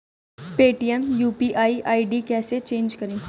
Paytm UPI ID कैसे change करें?